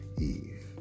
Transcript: Eve